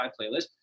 playlist